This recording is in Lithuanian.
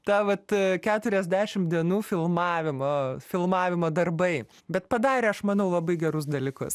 ta vat keturiasdešim dienų filmavimo filmavimo darbai bet padarė aš manau labai gerus dalykus